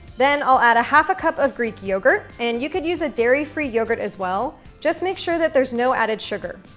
then i'll add a half a cup of greek yogurt and you could use a dairy free yogurt as well. just make sure that there's no added sugar.